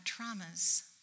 traumas